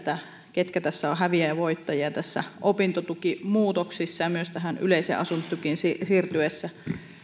ketkä ovat häviäjiä ja voittajia näissä opintotukimuutoksissa ja myös tähän yleiseen asumistukeen siirryttäessä